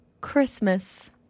Christmas